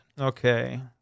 Okay